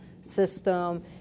system